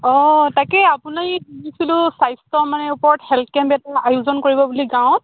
অঁ তাকে আপুনি শুনিছিলোঁ স্বাস্থ্য মানে ওপৰত হেল্থ কেম্প এটা আয়োজন কৰিব বুলি গাঁৱত